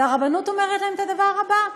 והרבנות אומרת להם את הדבר הבא: